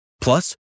Plus